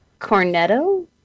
cornetto